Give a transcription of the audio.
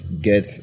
get